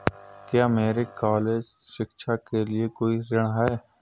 क्या मेरे कॉलेज शिक्षा के लिए कोई ऋण है?